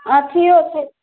अथियो छै